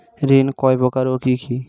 ঋণ কয় প্রকার ও কি কি?